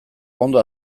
ondo